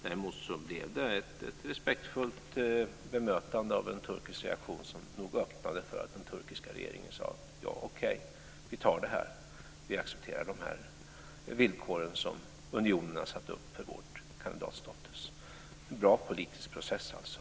Däremot blev det ett respektfullt bemötande av en turkisk reaktion som nog öppnade för att den turkiska regeringen sade: Okej, vi tar det här. Vi accepterar de villkor som unionen har satt upp för vår kandidatstatus - en bra politisk process alltså.